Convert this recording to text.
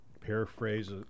paraphrase